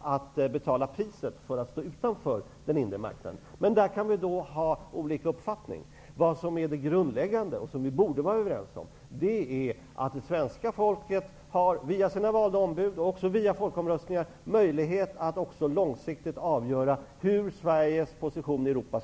att betala priset för att stå utanför den inre marknaden. Men där kan vi ha olika uppfattningar. Vad som är grundläggande och som vi borde vara överens om är att svenska folket har, via sina valda ombud och via folkomröstningar, möjlighet att också långsiktigt avgöra Sveriges position i Europa.